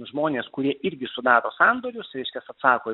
žmonės kurie irgi sudaro sandorius tai reiškias atsako